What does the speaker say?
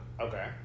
okay